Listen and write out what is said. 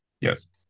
yes